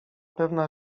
pewna